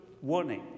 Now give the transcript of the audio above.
warning